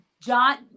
John